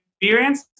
experience